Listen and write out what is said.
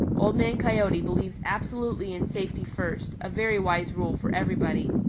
old man coyote believes absolutely in safety first, a very wise rule for everybody.